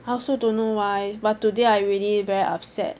I also don't know why but today I really very upset